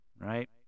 right